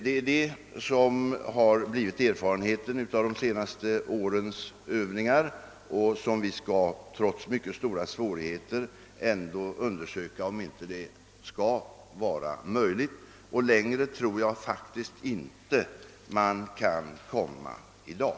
Angelägenheten av en sådan kontroll har erfarenheterna från de senaste årens övningar visat, och det är därför detta som vi, trots mycket stora svårigheter, ändå bör undersöka för att se om det inte skall vara möjligt att genomföra. Längre tror jag faktiskt inte man kan komma i dag.